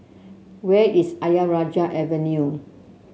where is Ayer Rajah Avenue